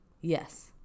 Yes